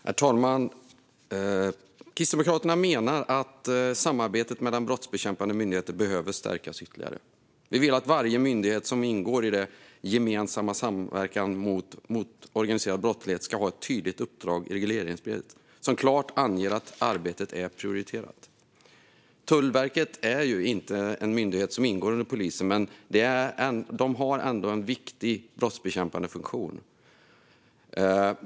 Herr talman! Kristdemokraterna menar att samarbetet mellan brottsbekämpande myndigheter behöver stärkas ytterligare. Vi vill att varje myndighet som ingår i den gemensamma samverkan mot organiserad brottslighet ska ha ett tydligt uppdrag i regleringsbrevet som klart anger att arbetet är prioriterat. Tullverket är inte en myndighet under polisen, men de har ändå en viktig brottsbekämpande funktion.